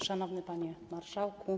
Szanowny Panie Marszałku!